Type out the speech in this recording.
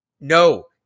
No